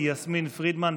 יסמין פרידמן,